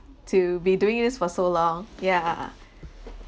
to be doing this for so long ya